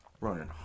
running